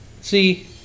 See